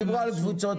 הם דיברו על קבוצות.